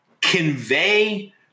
convey